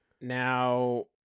now